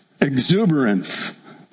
exuberance